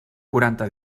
quaranta